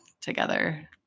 together